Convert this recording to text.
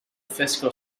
fiscal